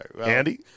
Andy